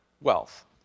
wealth